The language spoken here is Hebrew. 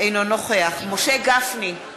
אינו נוכח משה גפני,